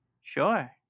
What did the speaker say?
Sure